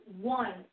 One